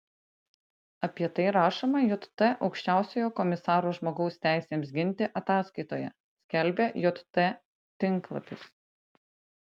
apie tai rašoma jt aukščiausiojo komisaro žmogaus teisėms ginti ataskaitoje skelbia jt tinklapis